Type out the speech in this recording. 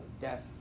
death